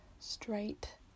straight